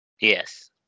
Yes